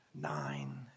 Nine